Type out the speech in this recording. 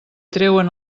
treuen